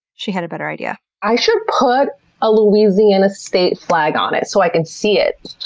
she had a better idea. i should put a louisiana state flag on it, so i can see it.